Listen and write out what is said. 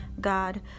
God